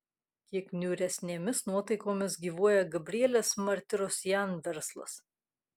kiek niūresnėmis nuotaikomis gyvuoja gabrielės martirosian verslas